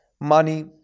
Money